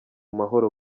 mahoro